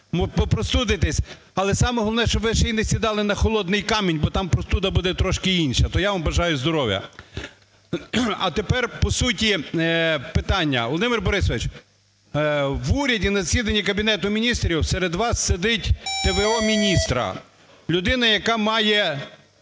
А саме головне, що б ви ще не сідали на холодний камінь, бо там простуда буде трошки інша. То я вам бажаю здоров'я. А тепер по суті питання. Володимир Борисович, в уряді на засіданні Кабінету Міністрів серед вас сидіть т.в.о.міністра, людина, яка має